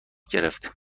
گرفت